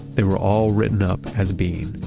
they were all written up as being